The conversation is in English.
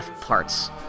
Parts